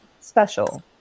special